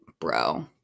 bro